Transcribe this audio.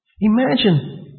Imagine